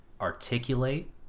articulate